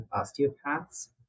osteopaths